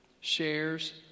shares